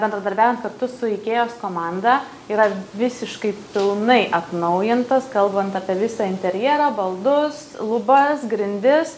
bendradarbiaujant kartu su ikėjos komanda yra visiškai pilnai atnaujintas kalbant apie visą interjerą baldus lubas grindis